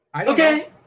Okay